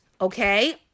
okay